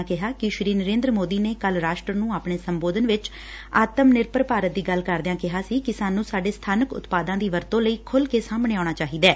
ਉਨ੍ਹਾਂ ਕਿਹਾ ਕਿ ਨਰੇਂਦਰ ਮੋਦੀ ਨੇ ਕੱਲੂ ਰਾਸਟਰ ਨੂੰ ਆਪਣੇ ਸੰਬੋਧਨ ਵਿਚ ਆਤਮ ਨਿਰਭਰ ਭਾਰਤ ਦੀ ਗੱਲ ਕਰਦਿਆਂ ਕਿਹਾ ਸੀ ਕਿ ਸਾਨੂੰ ਸਾਡੇ ਸਬਾਨਕ ਉਤਪਾਦਾਂ ਦੀ ਵਰਤੋਂ ਲਈ ਖੁੱਲੂ ਕੇ ਸਾਹਮਣੇ ਆਉਣਾ ਚਾਹੀਦੈ